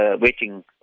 waiting